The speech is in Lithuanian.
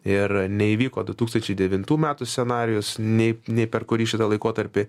ir neįvyko du tūkstančiai devintų metų scenarijus nei nei per kurį šitą laikotarpį